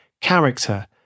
character